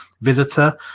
visitor